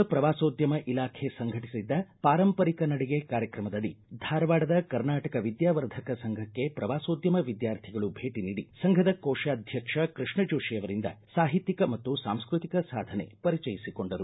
ರಾಜ್ಯ ಪ್ರವಾಸೋದ್ಯಮ ಇಲಾಖೆ ಸಂಘಟಿಸಿದ್ದ ಪಾರಂಪರಿಕ ನಡಿಗೆ ಕಾರ್ಯಕ್ರಮದಡಿ ಧಾರವಾಡದ ಕರ್ನಾಟಕ ವಿದ್ಯಾವರ್ಧಕ ಸಂಘಕ್ಕೆ ಪ್ರವಾಸೋದ್ಯಮ ವಿದ್ಯಾರ್ಥಿಗಳು ಭೇಟಿ ನೀಡಿ ಸಂಘದ ಕೋಶಾಧ್ಯಕ್ಷ ಕೃಷ್ಣ ಜೋಶಿ ಅವರಿಂದ ಸಾಹಿತ್ಯಿಕ ಮತ್ತು ಸಾಂಸ್ಕೃತಿಕ ಸಾಧನೆ ಪರಿಚಯಿಸಿಕೊಂಡರು